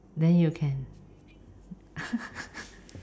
then you can ah